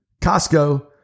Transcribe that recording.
Costco